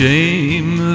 Shame